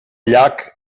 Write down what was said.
llac